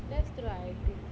nice try